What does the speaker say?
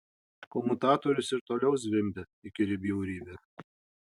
komutatorius ir toliau zvimbia įkyri bjaurybė